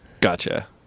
Gotcha